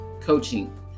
Coaching